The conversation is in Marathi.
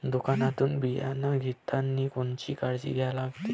दुकानातून बियानं घेतानी कोनची काळजी घ्या लागते?